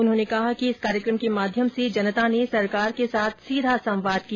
उन्होंने कहा कि इस कार्यक्रम के माध्यम से जनता ने सरकार के साथ सीधा संवाद किया